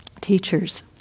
teachers